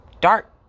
dark